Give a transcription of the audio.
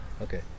Okay